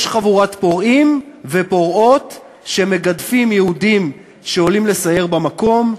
יש חבורת פורעים ופורעות שמגדפים יהודים שעולים לסייר במקום,